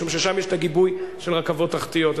כי שם יש הגיבוי של רכבות תחתיות.